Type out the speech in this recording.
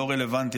לא רלוונטי.